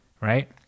right